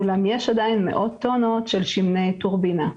אולם יש עדיין מאות טונות של שמני טורבינה,